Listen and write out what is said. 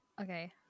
Okay